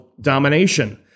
domination